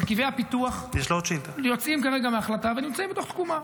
מרכיבי הפיתוח יוצאים כרגע מההחלטה ונמצאים בתוך תקומה,